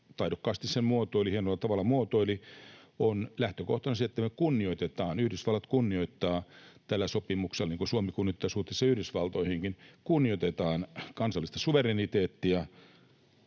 taidokkaasti ja hienolla tavalla sen muotoili, siinä on lähtökohtana se, että me kunnioitetaan — Yhdysvallat kunnioittaa tällä sopimuksella niin kuin Suomikin kunnioittaa suhteessa Yhdysvaltoihin — kansallista suvereniteettia,